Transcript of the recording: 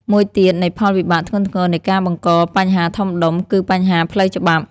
មួយទៀតនៃផលវិបាកធ្ងន់ធ្ងរនៃការបង្កបញ្ហាធំដុំ គឺបញ្ហាផ្លូវច្បាប់។